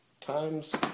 times